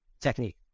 technique